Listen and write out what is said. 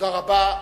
תודה רבה.